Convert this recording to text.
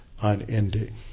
unending